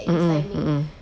mm mm mm mm